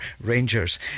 Rangers